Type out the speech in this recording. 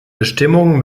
bestimmungen